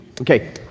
Okay